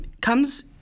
comes